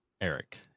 Eric